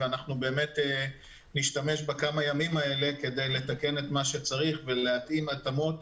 ובאמת נשתמש בכמה ימים האלה כדי לתקן את מה שצריך ולהתאים התאמות.